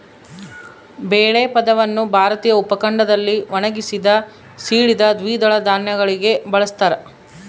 ಬೇಳೆ ಪದವನ್ನು ಭಾರತೀಯ ಉಪಖಂಡದಲ್ಲಿ ಒಣಗಿಸಿದ, ಸೀಳಿದ ದ್ವಿದಳ ಧಾನ್ಯಗಳಿಗೆ ಬಳಸ್ತಾರ